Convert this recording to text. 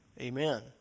Amen